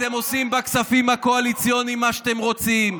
אתם עושים בכספים הקואליציוניים מה שאתם רוצים.